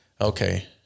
okay